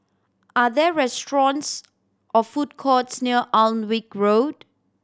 are there restaurants or food courts near Alnwick Road